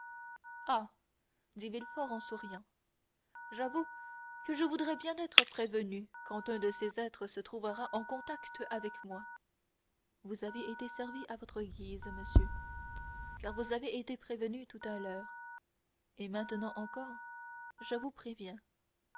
dit villefort en souriant j'avoue que je voudrais bien être prévenu quand un de ces êtres se trouvera en contact avec moi vous avez été servi à votre guise monsieur car vous avez été prévenu tout à l'heure et maintenant encore je vous préviens